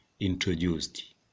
Introduced